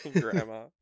Grandma